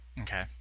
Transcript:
Okay